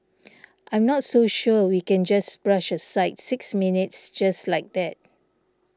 I'm not so sure we can just brush aside six minutes just like that